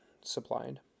supplied